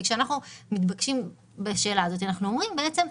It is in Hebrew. כשאנחנו מתבקשים בשאלה הזאת, אנחנו אומרים בעצם,